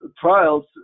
trials